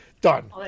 Done